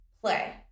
play